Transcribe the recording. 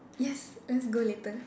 yes let's go later